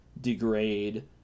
degrade